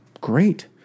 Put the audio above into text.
Great